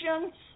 visions